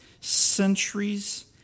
centuries